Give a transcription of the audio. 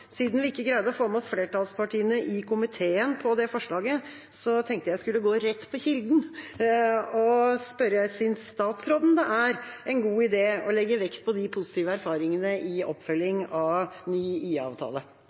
oss flertallspartiene i komiteen på det forslaget, tenkte jeg at jeg skulle gå rett til kilden og spørre: Synes statsråden det er en god idé å legge vekt på de positive erfaringene i oppfølgingen av en ny